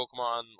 Pokemon